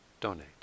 donate